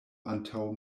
antaŭ